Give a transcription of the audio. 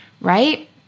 right